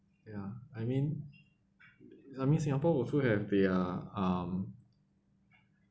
ya I mean I mean singapore will still have their um